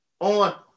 on